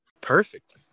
Perfect